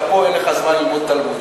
אתה פה, אין לך זמן ללמוד תלמוד.